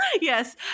Yes